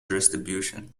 distribution